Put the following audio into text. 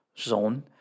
zone